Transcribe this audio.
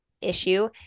issue